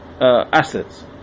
assets